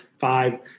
five